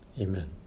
amen